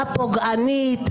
הפוגענית,